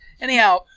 Anyhow